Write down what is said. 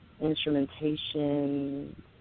instrumentation